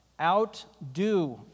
Outdo